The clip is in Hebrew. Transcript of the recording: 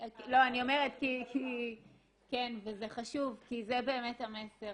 וזה חשוב כי זה באמת המסר,